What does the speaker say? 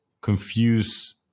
confuse